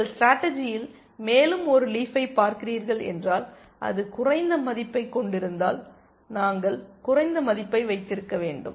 நீங்கள் ஸ்டேடர்ஜியில் மேலும் ஒரு லீஃப்பை பார்க்கிறீர்கள் என்றால் அது குறைந்த மதிப்பைக் கொண்டிருந்தால் நாங்கள் குறைந்த மதிப்பை வைத்திருக்க வேண்டும்